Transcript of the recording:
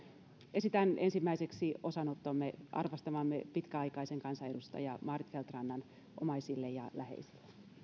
esitän ensimmäiseksi osanottomme arvostamamme pitkäaikaisen kansanedustajan maarit feldt rannan omaisille ja läheisille